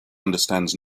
understands